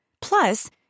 Plus